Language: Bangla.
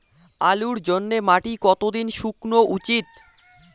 আলুর জন্যে মাটি কতো দিন শুকনো উচিৎ?